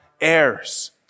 heirs